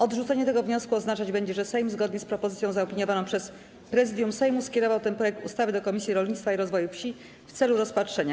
Odrzucenie tego wniosku oznaczać będzie, że Sejm, zgodnie z propozycją zaopiniowaną przez Prezydium Sejmu, skierował ten projekt ustawy do Komisji Rolnictwa i Rozwoju Wsi w celu rozpatrzenia.